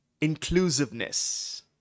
inclusiveness